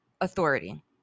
authority